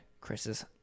Chris's